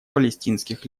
палестинских